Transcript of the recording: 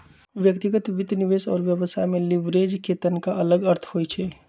व्यक्तिगत वित्त, निवेश और व्यवसाय में लिवरेज के तनका अलग अर्थ होइ छइ